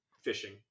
fishing